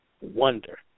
wonder